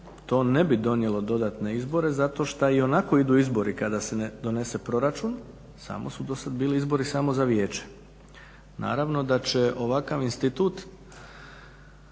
to ne bi donijelo dodatne izbore, zato šta ionako idu izbori kada se donese proračun, samo su dosad bili izbori samo za vijeće. Naravno da će ovakav institut